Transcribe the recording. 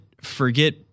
forget